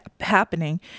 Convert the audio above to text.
happening